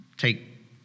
take